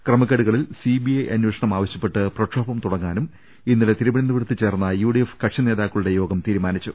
ക്രമക്കേടുകളിൽ CBI അന്വേഷണം ആവശ്യപ്പെട്ട് പ്രക്ഷോഭം തുടങ്ങാനും ഇന്നലെ തിരുവനന്തപുരത്ത് ചേർന്ന യുഡി എഫ് കക്ഷി നേതാക്കളുടെ യോഗം തീരുമാനിച്ചു